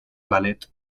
ballet